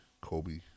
Kobe